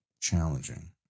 challenging